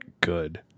good